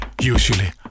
usually